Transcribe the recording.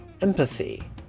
empathy